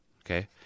Okay